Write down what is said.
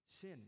sin